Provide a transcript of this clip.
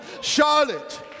Charlotte